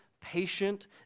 patient